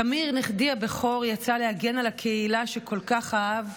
תמיר נכדי הבכור יצא להגן על הקהילה שכל כך אהב,